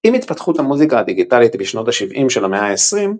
עם התפתחות המוזיקה הדיגיטלית בשנות ה־70 של המאה ה־20,